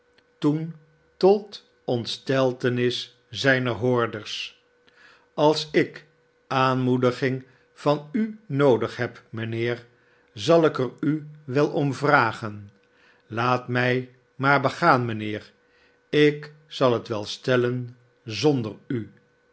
toen tot ontsteltenis zijner hoorders als ik aanmoediging van u noodig heb mijnheer zal ik er u wel om vragen laat mij maar begaan mijnheer ik zal het wel stellen zonder u